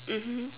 mmhmm